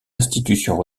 institutions